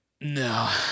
No